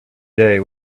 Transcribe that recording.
day